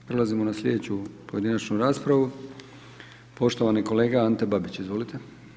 Prelazimo na slijedeću pojedinačnu raspravu, poštovani kolega Ante Babić, izvolite.